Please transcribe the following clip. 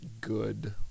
good